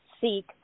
seek